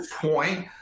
point